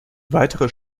weitere